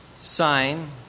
sign